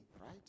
right